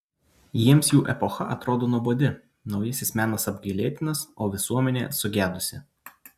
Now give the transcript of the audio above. jiems jų epocha atrodo nuobodi naujasis menas apgailėtinas o visuomenė sugedusi